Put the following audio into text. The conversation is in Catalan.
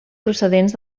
procedents